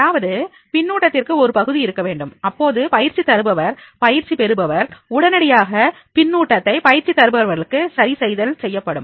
அதாவது பின்னூட்டத்திற்கு ஒரு பகுதி இருக்க வேண்டும்அப்போது பயிற்சி தருபவர் பயிற்சி பெறுபவர் உடனடியாக பின்னூட்டத்தை பயிற்சி தருபவர்களுக்கு சரி செய்தல் செய்யப்படும்